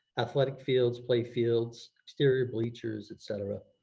athletic fields, play fields, exterior bleachers, et cetera.